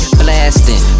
blasting